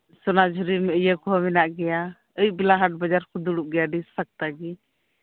ᱥᱳᱱᱟᱡᱷᱩᱨᱤ ᱤᱭᱟᱹ ᱠᱚᱸᱦᱚᱸ ᱢᱮᱱᱟᱜ ᱜᱮᱭᱟ ᱟᱹᱭᱩᱵ ᱵᱮᱲᱟ ᱦᱟᱴ ᱵᱟᱡᱟᱨ ᱠᱚ ᱫᱩᱲᱩᱵ ᱜᱮᱭᱟ ᱟᱹᱰᱤ ᱥᱟᱥᱛᱟ ᱜᱮ